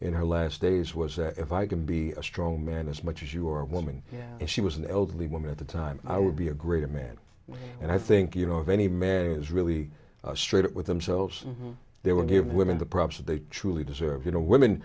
in her last days was that if i can be a strong man as much as you are a woman and she was an elderly woman at the time i would be a great man and i think you know if any man is really straight with themselves they will give women the props they truly deserve you know women